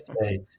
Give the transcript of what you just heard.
say